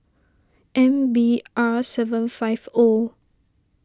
M B R seven five O